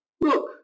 Look